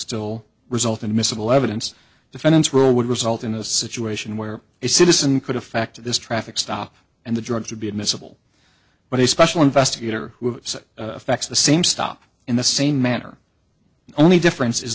still result in miscible evidence defendants were would result in a situation where a citizen could affect this traffic stop and the drugs would be admissible but a special investigator who affects the same stop in the same manner only difference is